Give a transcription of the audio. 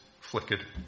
flickered